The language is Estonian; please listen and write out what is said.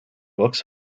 kaks